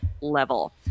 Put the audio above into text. level